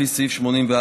לפי סעיף 84(ב).